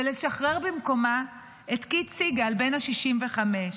ולשחרר במקומה את קית' סיגל בן ה-65.